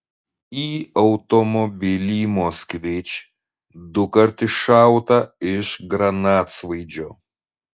į automobilį moskvič dukart iššauta iš granatsvaidžio